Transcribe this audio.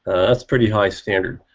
that's pretty high standard,